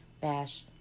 bash